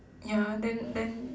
ya then then